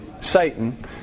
Satan